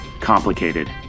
complicated